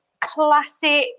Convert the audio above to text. classic